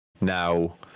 Now